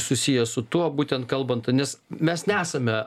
susiję su tuo būtent kalbant nes mes nesame